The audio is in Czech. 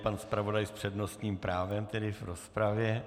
Pan zpravodaj s přednostním právem v rozpravě.